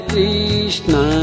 Krishna